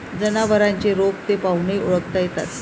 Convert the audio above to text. जनावरांचे रोग ते पाहूनही ओळखता येतात